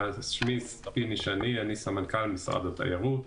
אני סמנכ"ל משרד התיירות.